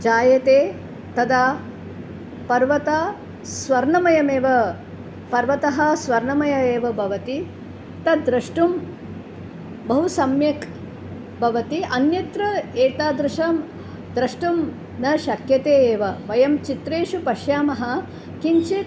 जायते तदा पर्वतः स्वर्णमयमेव पर्वतः स्वर्णमयः एव भवति तद् द्रष्टुं बहु सम्यक् भवति अन्यत्रम् एतादृशं द्रष्टुं न शक्यते एव वयं चित्रेषु पश्यामः किञ्चित्